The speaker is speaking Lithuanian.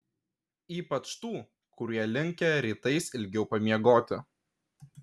ypač tų kurie linkę rytais ilgiau pamiegoti